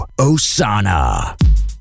Osana